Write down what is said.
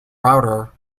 router